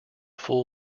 full